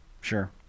Sure